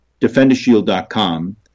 DefenderShield.com